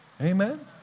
Amen